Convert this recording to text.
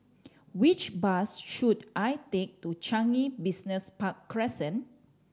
which bus should I take to Changi Business Park Crescent